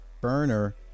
burner